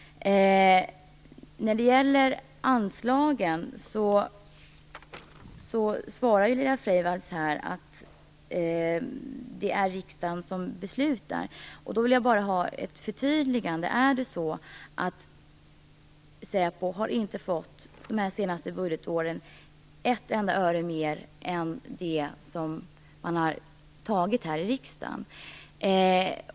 När det gäller anslagen svarar Laila Freivalds att det är riksdagen som beslutar. Jag vill ha ett förtydligande: Är det så att säpo de senaste budgetåren inte har fått ett enda öre mer än vad vi har beslutat här i riksdagen?